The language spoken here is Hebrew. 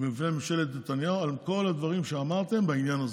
ובפני ממשלת נתניהו על כל הדברים שאמרתם בעניין הזה.